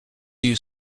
you